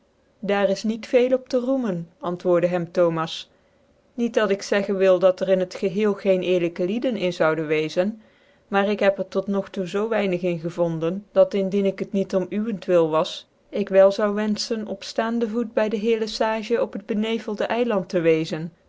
daar is niet veel op tc roemen antwoordc hem thomas niet dat ik zeggen wil dat er in het geheel qcen cerlykc lieden in zouden weczen maar ik heb er tot nog toe zoo wynig in gevonden dat indien ik het niet om uwcntwil was ik wel zoude wenfehen op bande voet by dc heer lc sage op het benevelde evland tc wezen